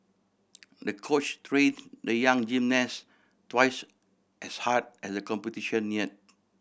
the coach train the young gymnast twice as hard as the competition near